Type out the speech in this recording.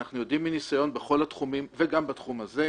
ואנחנו יודעים מניסיון בכל התחומים וגם בתחום הזה את מצב המכרזים.